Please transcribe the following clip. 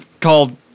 called